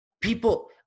People